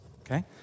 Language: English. okay